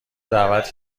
دعوت